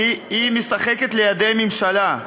כי היא משחקת לידי הממשלה.